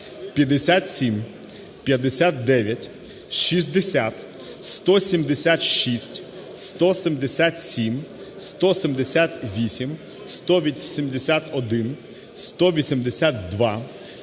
57, 59, 60, 176, 177, 178, 181, 182,